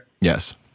Yes